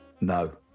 No